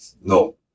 No